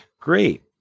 Great